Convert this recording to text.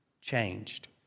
changed